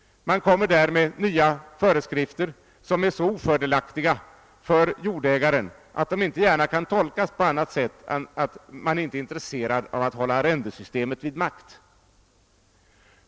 Man föreslår nya föreskrifter som är så ofördelaktiga för jordägaren, att de inte gärna kan tolkas på annat sätt än att man inte är intresserad av att hålla arrendesystemet vid makt.